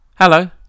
Hello